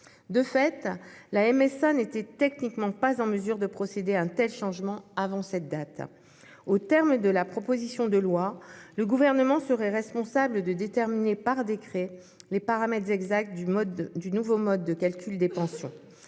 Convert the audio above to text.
De fait, la MSA n'était techniquement pas en mesure de mettre en oeuvre un tel changement avant cette date. Aux termes de la proposition de loi, il reviendrait au Gouvernement de déterminer par décret les paramètres exacts du nouveau mode de calcul des pensions.